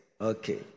Okay